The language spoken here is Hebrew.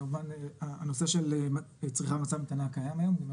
כמובן הנושא של צריכה במצב המתנה קיים היום.